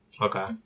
Okay